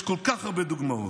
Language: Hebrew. יש כל כך הרבה דוגמאות.